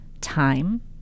time